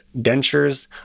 dentures